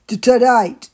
tonight